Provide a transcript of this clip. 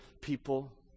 people